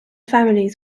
families